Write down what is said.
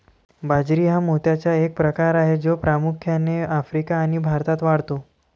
बाजरी हा मोत्याचा एक प्रकार आहे जो प्रामुख्याने आफ्रिका आणि भारतात वाढतो